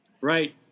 Right